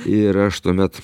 ir aš tuomet